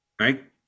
Right